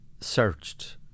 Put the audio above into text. searched